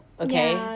okay